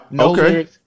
Okay